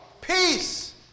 Peace